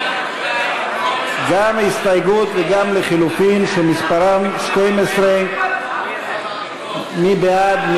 גם ההסתייגות וגם לחלופין שמספרה 12, מי בעד?